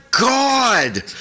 God